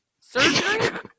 Surgery